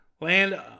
land